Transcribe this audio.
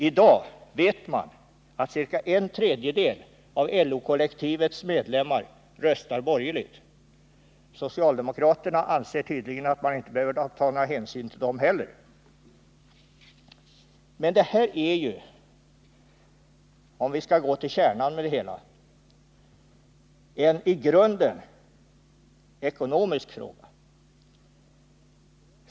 I dag vet vi att ca en tredjedel av LO-kollektivets medlemmar röstar borgerligt. Socialdemokraterna anser tydligen att man inte behöver ta några hänsyn till dem heller. Men detta är ju, om vi skall gå till kärnan av det hela, en i grunden ekonomisk fråga.